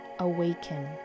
awaken